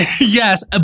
Yes